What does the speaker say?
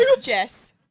Jess